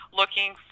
looking